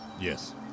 yes